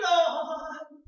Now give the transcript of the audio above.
Lord